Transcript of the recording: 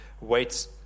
wait